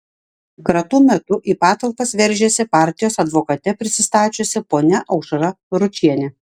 kratų metu į patalpas veržėsi partijos advokate prisistačiusi ponia aušra ručienė